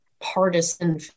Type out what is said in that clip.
partisan